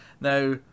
now